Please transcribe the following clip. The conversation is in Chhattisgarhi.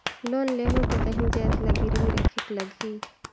लोन लेहूं ता काहीं जाएत ला गिरवी रखेक लगही?